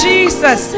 Jesus